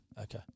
Okay